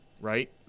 right